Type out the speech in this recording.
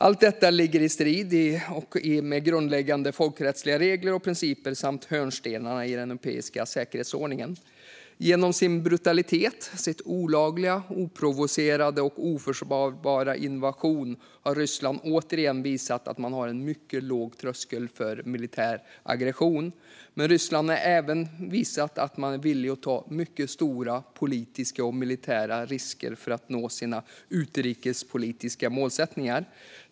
Allt detta står i strid med grundläggande folkrättsliga regler och principer samt hörnstenarna i den europeiska säkerhetsordningen. Genom sin brutalitet och sin olagliga, oprovocerade och oförsvarbara invasion har Ryssland återigen visat att man har en mycket låg tröskel för militär aggression. Men Ryssland har även visat att man är villig att ta mycket stora politiska och militära risker för att nå sina utrikespolitiska målsättningar.